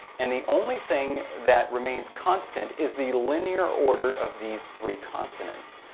and the only thing that remains constant is the linear order of these three consonants.